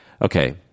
Okay